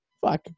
fuck